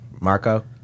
Marco